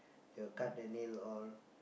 they will cut the nail all